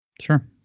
Sure